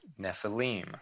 Nephilim